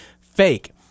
fake